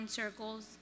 circles